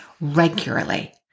regularly